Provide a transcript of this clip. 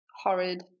Horrid